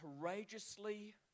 courageously